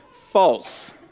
false